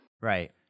Right